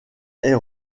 est